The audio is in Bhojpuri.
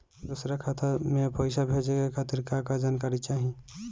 दूसर खाता में पईसा भेजे के खातिर का का जानकारी चाहि?